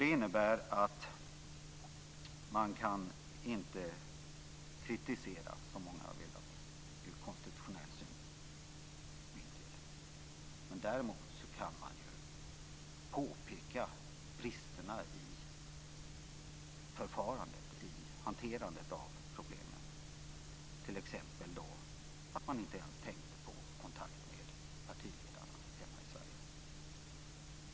Det innebär att man inte kan kritisera, som många har velat, ur konstitutionell synvinkel. Däremot kan man ju påpeka bristerna i förfarandet och i hanterandet av problemen. Det gäller t.ex. att man inte ens tänkte på att ta kontakt med partiledarna hemma i Sverige.